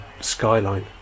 skyline